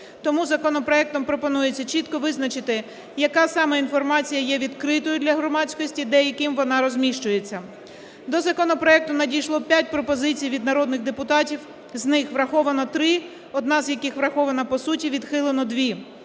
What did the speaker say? Тому законопроектом пропонується чітко визначити, яка саме інформація є відкритою для громадськості, де і ким вона розміщується. До законопроекту надійшло п'ять пропозицій від народних депутатів, з них враховано три, одна з яких врахована по суті, відхилено